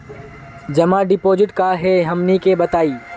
जमा डिपोजिट का हे हमनी के बताई?